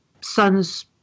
son's